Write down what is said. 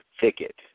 thicket